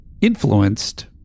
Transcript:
influenced